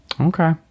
Okay